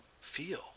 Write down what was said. feel